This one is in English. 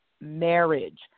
marriage